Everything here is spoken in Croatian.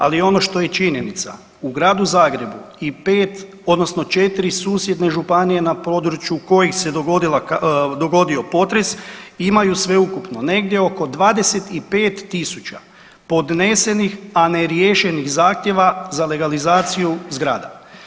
Ali ono što je činjenica, u Gradu Zagrebu i 5 odnosno 4 susjedne županije na području kojih se dogodio potres imaju sveukupno negdje oko 25.000 podnesenih, a ne riješenih zahtjeva za legalizaciju zgrada.